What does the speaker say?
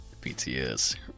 BTS